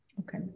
Okay